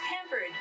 pampered